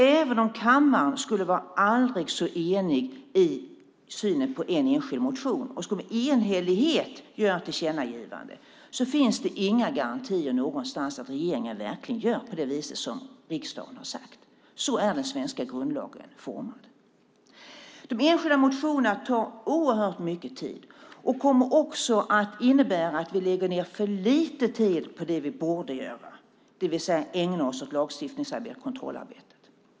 Även om kammaren skulle vara aldrig så enig i synen på en enskild motion och det skulle vara enhällighet om ett tillkännagivande finns det inga garantier någonstans att regeringen verkligen gör på det vis som riksdagen har sagt. Så är den svenska grundlagen utformad. De enskilda motionerna tar oerhört mycket tid och kommer också att innebära att vi lägger för lite tid på det vi borde göra, det vill säga ägna oss åt lagstiftningsarbete och kontrollarbete.